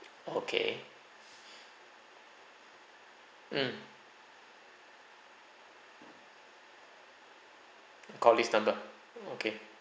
okay mm call this number okay